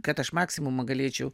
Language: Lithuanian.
kad aš maksimumą galėčiau